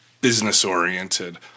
business-oriented